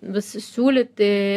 vis siūlyti